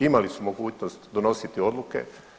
Imali su mogućnost donositi odluke.